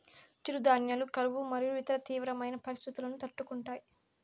చిరుధాన్యాలు కరువు మరియు ఇతర తీవ్రమైన పరిస్తితులను తట్టుకుంటాయి